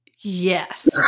Yes